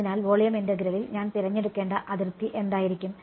അതിനാൽ വോളിയം ഇന്റഗ്രലിൽ ഞാൻ തിരഞ്ഞെടുക്കേണ്ട അതിർത്തി എന്തായിരിക്കും